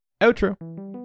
Outro